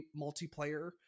multiplayer